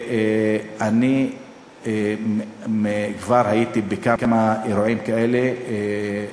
אני כבר הייתי בכמה אירועים כאלה.